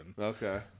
okay